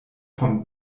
von